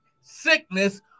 sickness